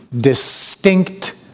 distinct